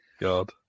God